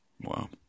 Wow